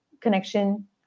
connection